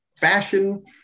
fashion